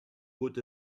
good